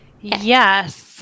Yes